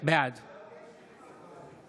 בעד